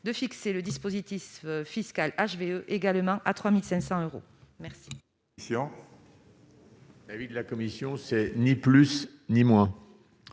de fixer le dispositif fiscal HVE également à 3500 euros. Merci si on. Avis de la commission, c'est ni plus ni mois